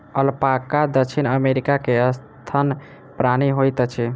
alpaca दक्षिण America के सस्तन प्राणी होइत अछि